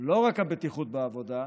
לא רק הבטיחות בעבודה,